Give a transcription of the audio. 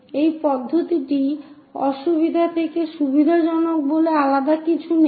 এই পদ্ধতিটি অসুবিধা থেকে সুবিধাজনক বলে আলাদা কিছু নেই